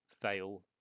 fail